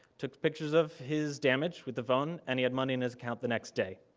took the pictures of his damage with the phone and he had money in his account the next day.